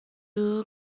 nau